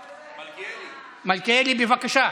מלכיאלי, בבקשה,